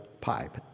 pipe